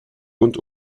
und